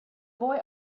boy